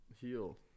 heal